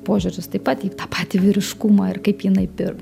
požiūrius taip pat į tą patį vyriškumą ir kaip jinai pir